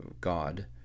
god